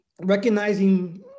recognizing